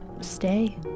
stay